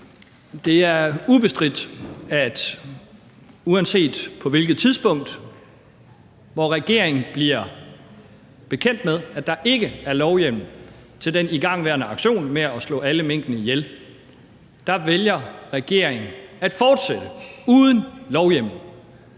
Det er ubestridt, at uanset hvilket tidspunkt regeringen blev bekendt med, at der ikke var lovhjemmel til den igangværende aktion med at slå alle minkene ihjel, valgte regeringen at fortsætte uden lovhjemmel.